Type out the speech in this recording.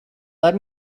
let